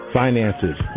finances